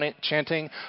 chanting